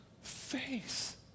faith